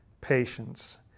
patience